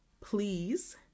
please